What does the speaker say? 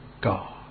God